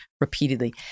repeatedly